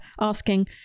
asking